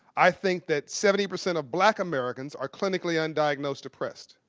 i think that seventy percent of black americans are clinically undiagnosed depressed.